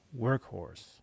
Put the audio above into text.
workhorse